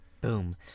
Boom